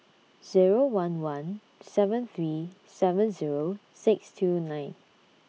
Zero one one seven three seven Zero six two nine